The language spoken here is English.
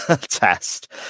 Test